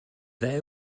they